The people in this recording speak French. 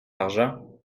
argent